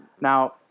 Now